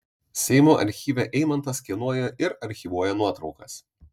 seimo archyve eimantas skenuoja ir archyvuoja nuotraukas